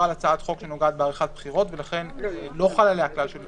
על הצעת חוק שנוגעת בעריכת בחירות ולכן לא חל עליה הכלל של